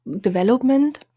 development